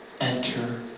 Enter